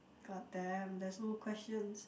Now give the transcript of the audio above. god damn there's no questions